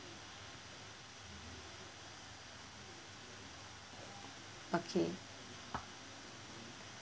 okay